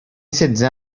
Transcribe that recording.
setze